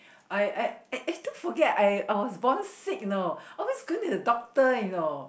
I I I still forget I I was born sick you know always going to the doctor you know